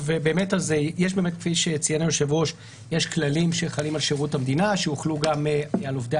יש כללים שחלים על שירות המדינה שהוחלט גם על עובדי